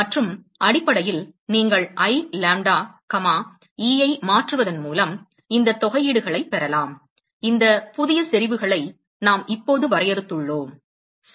மற்றும் அடிப்படையில் நீங்கள் I lambda comma e ஐ மாற்றுவதன் மூலம் இந்த தொகையீடுகளைப் பெறலாம் இந்த புதிய செறிவுகளை நாம் இப்போது வரையறுத்துள்ளோம் சரி